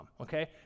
okay